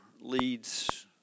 leads